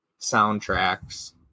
soundtracks